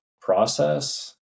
process